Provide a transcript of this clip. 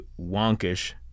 wonkish